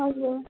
हजुर